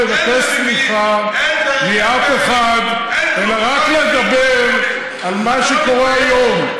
לא יודע לבקש סליחה מאף אחד אלא רק לדבר על מה שקורה היום.